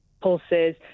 pulses